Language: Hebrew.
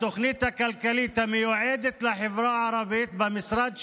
התוכנית הכלכלית המיועדת לחברה הערבית במשרד שלך,